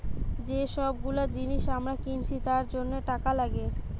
যে সব গুলো জিনিস আমরা কিনছি তার জন্য টাকা লাগে